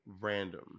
random